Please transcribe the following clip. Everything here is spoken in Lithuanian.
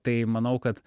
tai manau kad